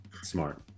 Smart